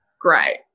Great